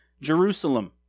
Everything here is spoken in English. Jerusalem